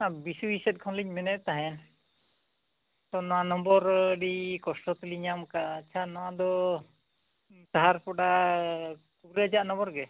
ᱵᱤᱥᱩᱭ ᱥᱮᱫ ᱠᱷᱚᱱ ᱞᱤᱧ ᱢᱮᱱᱮᱫ ᱛᱟᱦᱮᱱ ᱛᱚ ᱱᱚᱣᱟ ᱱᱚᱢᱵᱚᱨ ᱟᱹᱰᱤ ᱠᱚᱥᱴᱚ ᱛᱮᱞᱤᱧ ᱧᱟᱢ ᱠᱟᱜᱼᱟ ᱟᱪᱪᱷᱟ ᱱᱚᱣᱟ ᱫᱚ ᱥᱟᱦᱟᱨ ᱯᱳᱰᱟ ᱠᱚᱵᱤᱨᱟᱡᱽ ᱟᱜ ᱱᱚᱢᱵᱚᱨ ᱜᱮ